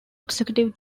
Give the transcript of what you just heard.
executive